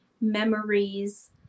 memories